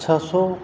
છસો